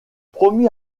promis